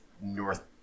North